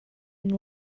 and